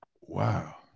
Wow